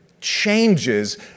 changes